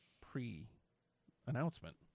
pre-announcement